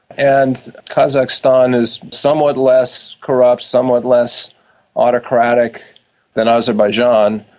and kazakhstan is somewhat less corrupt, somewhat less autocratic than azerbaijan.